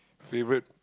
favourite